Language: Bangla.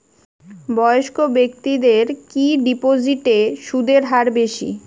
বয়স্ক ব্যেক্তিদের কি ডিপোজিটে সুদের হার বেশি?